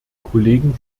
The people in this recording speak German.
kollegen